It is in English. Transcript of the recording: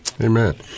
Amen